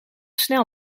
snel